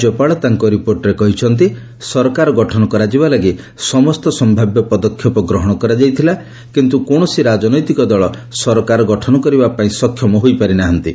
ରାଜ୍ୟପାଳ ତାଙ୍କ ରିପୋର୍ଟରେ କହିଛନ୍ତି ସରକାର ଗଠନ କରାଯିବା ଲାଗି ସମସ୍ତ ସନ୍ତାବ୍ୟ ପଦକ୍ଷେପ ଗ୍ହଣ କରାଯାଇଥିଲା କିନ୍ତୁ କୌଣସି ରାଜନୈତିକ ଦଳ ସରକାର ଗଠନ କରିବା ପାଇଁ ସକ୍ଷମ ହୋଇପାରି ନାହାନ୍ତି